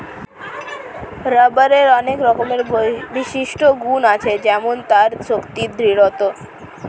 রাবারের অনেক রকমের বিশিষ্ট গুন্ আছে যেমন তার শক্তি, দৃঢ়তা